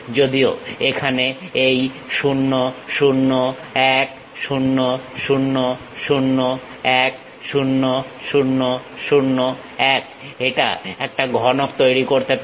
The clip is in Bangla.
যদিও এখানে এই 0 0 1 0 0 0 1 0 0 0 1 এটা একটা ঘনক তৈরি করতে পারে